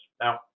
Now